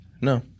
No